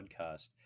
podcast